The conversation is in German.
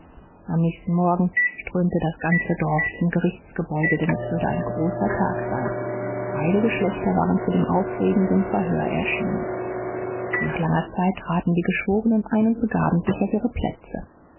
am nächsten morgen strömte das ganze dorf zum gerichtsgebäude denn es würde ein großer tag sein beide geschlechter waren zu dem aufregenden verhör erschienen nach langer zeit traten die geschworenen ein und begaben sich auf ihre plätze